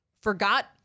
forgot